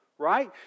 Right